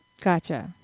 Gotcha